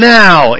now